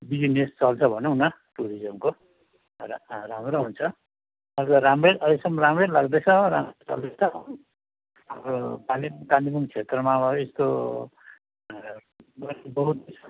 business चल्छ भनौँ न टुरिजमको र राम्रो हुन्छ अहिले त राम्रै अहिलेसम्म राम्रै लाग्दैछ राम्रो चल्दैछ हो अब कालिम कालिम्पोङ क्षेत्रमा अब यस्तो गर्ने बहुतै छ